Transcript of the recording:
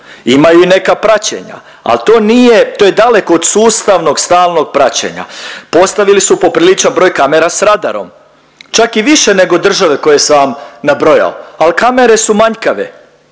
Imaju i neka praćenja, ali to nije, to je daleko od sustavnog stalnog praćenja. Postavili su popriličan broj kamera s radarom čak i više nego države koje sam vam nabrojao, ali kamere su manjkave.